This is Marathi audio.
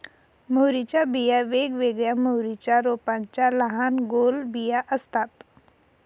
मोहरीच्या बिया वेगवेगळ्या मोहरीच्या रोपांच्या लहान गोल बिया असतात